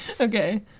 Okay